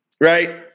Right